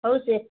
ହଉ ସେ